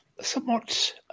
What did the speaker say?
somewhat